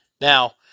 Now